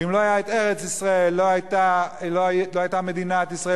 ואם לא היתה ארץ-ישראל לא היתה מדינת ישראל